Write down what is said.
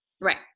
Right